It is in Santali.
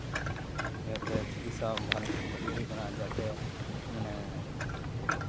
ᱤᱭᱟᱹᱛᱮ ᱪᱤᱠᱤᱛᱥᱟ ᱵᱷᱟᱹᱜᱤ ᱦᱩᱭᱩᱜ ᱠᱟᱱᱟ ᱡᱟᱛᱮ ᱢᱟᱱᱮ